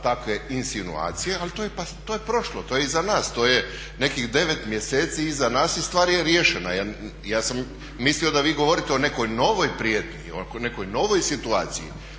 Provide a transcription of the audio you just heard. takve insinuacije ali to je prošlo, to je iz nas, to je nekih 9 mjeseci iza nas i stvar je riješena jer ja sam mislio da vi govorite o nekoj novoj prijetnji o nekoj novoj situaciji.